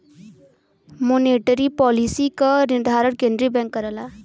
monetary policy क निर्धारण केंद्रीय बैंक करला